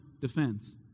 defense